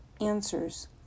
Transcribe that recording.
answers